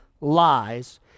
lies